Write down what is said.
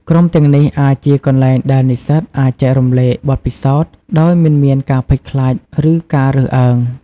ក្រុមទាំងនេះអាចជាកន្លែងដែលនិស្សិតអាចចែករំលែកបទពិសោធន៍ដោយមិនមានការភ័យខ្លាចឬការរើសអើង។